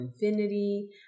infinity